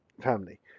family